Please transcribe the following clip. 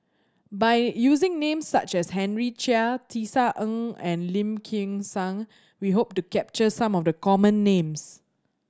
by using names such as Henry Chia Tisa Ng and Lim Kim San we hope to capture some of the common names